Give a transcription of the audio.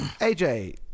AJ